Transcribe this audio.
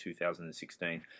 2016